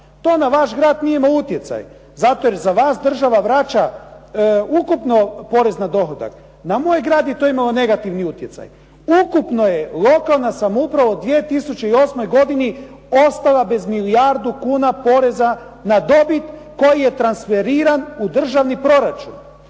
To na vaš grad nije imalo utjecaj, zato jer za vas država vraća ukupno porez na dohodak. Na moj grad je to imalo negativni utjecaj. Ukupno je lokalna samouprava u 2008. godini ostala bez milijardu kuna poreza na dobit koji je transferiran u državni proračun.